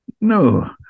No